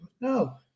No